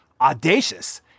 audacious